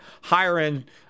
higher-end